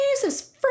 Jesus